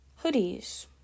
Hoodies